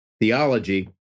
Theology